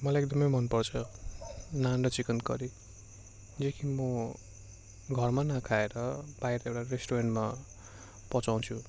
मलाई एकदमै मनपर्छ नान र चिकन करी जो कि म घरमा नखाएर बाहिर एउटा रेस्टुरेन्टमा पचाउँछु